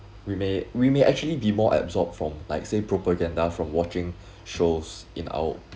we may we may actually be more absorbed from like a propaganda from watching shows in our